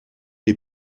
les